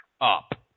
up